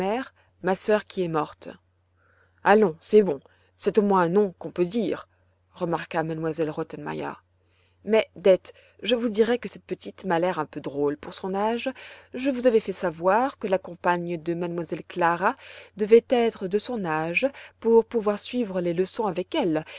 ma sœur qui est morte allons c'est bon c'est au moins un nom qu'on peut dire remarqua m elle rottenmeier mais dete je vous dirai que cette petite m'a l'air un peu drôle pour son âge je vous avais fait savoir que la compagne de m elle clara devait être de son âge pour pouvoir suivre les leçons avec elle